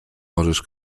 możesz